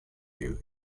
view